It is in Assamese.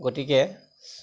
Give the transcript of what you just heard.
গতিকে